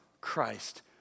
Christ